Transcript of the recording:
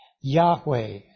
Yahweh